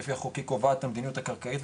שלפי החוק היא קובעת את המדיניות הקרקעית,